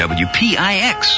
wpix